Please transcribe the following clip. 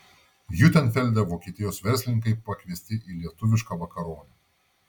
hiutenfelde vokietijos verslininkai pakviesti į lietuvišką vakaronę